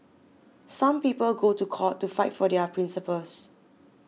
some people go to court to fight for their principles